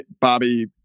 Bobby